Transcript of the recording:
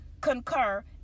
concur